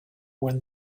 when